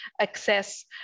access